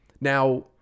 Now